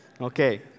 Okay